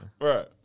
Right